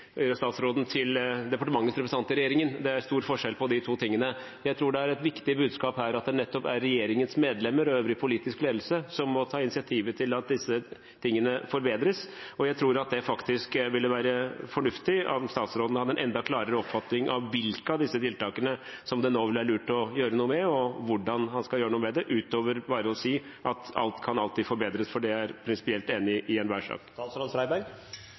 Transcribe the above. departementets representant i regjeringen. Det er stor forskjell på de to tingene. Jeg tror det er et viktig budskap her at det nettopp er regjeringens medlemmer og øvrig politisk ledelse som må ta initiativet til at disse tingene forbedres. Jeg tror at det faktisk ville være fornuftig om statsråden hadde en enda klarere oppfatning av hvilke av disse tiltakene som det nå ville være lurt å gjøre noe med, og hvordan han skal gjøre noe med det, utover bare å si at alt alltid kan forbedres, for det er jeg prinsipielt enig i i enhver sak. Det pågår nå et omfattende arbeid i forbindelse med forvaltningsplanene, som statsråd